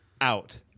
out